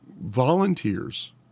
volunteers